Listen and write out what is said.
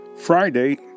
Friday